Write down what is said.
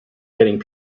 getting